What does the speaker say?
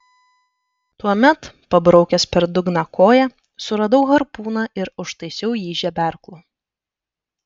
tuomet pabraukęs per dugną koja suradau harpūną ir užtaisiau jį žeberklu